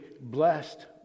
blessed